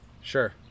Sure